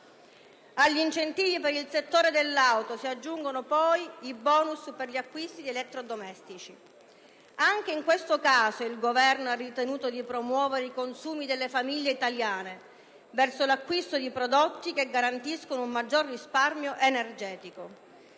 Agli incentivi per il settore dell'auto si aggiungono poi i*bonus* per gli acquisti di elettrodomestici. Anche in questo caso il Governo ha ritenuto di promuovere i consumi delle famiglie italiane verso l'acquisto di prodotti che garantiscono un maggior risparmio energetico.